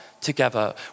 together